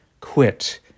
quit